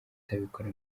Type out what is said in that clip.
atabikora